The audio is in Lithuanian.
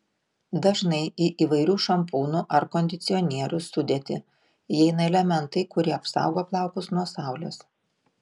dažnai į įvairių šampūnų ar kondicionierių sudėtį įeina elementai kurie apsaugo plaukus nuo saulės